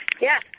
Yes